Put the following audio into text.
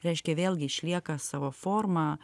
reiškia vėlgi išlieka savo forma